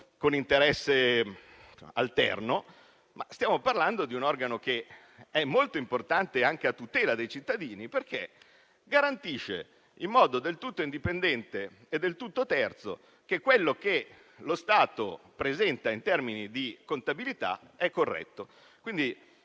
con interesse alterno, ma stiamo parlando di un organo molto importante a tutela dei cittadini, perché garantisce, in modo del tutto indipendente e del tutto terzo, che quello che lo Stato presenta in termini di contabilità sia corretto.